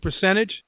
percentage